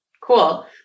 Cool